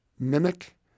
Mimic